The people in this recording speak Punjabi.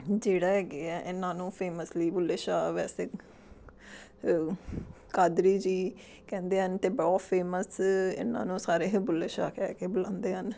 ਜਿਹੜਾ ਹੈਗੇ ਹੈ ਇਨ੍ਹਾਂ ਨੂੰ ਫੇਮਸਲੀ ਬੁੱਲੇ ਸ਼ਾਹ ਵੈਸੇ ਕਾਦਰੀ ਜੀ ਕਹਿੰਦੇ ਹਨ ਅਤੇ ਬਹੁਤ ਫੇਮਸ ਇਹਨਾਂ ਨੂੰ ਸਾਰੇ ਇਹ ਬੁੱਲੇ ਸ਼ਾਹ ਕਹਿ ਕੇ ਬੁਲਾਉਂਦੇ ਹਨ